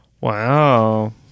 Wow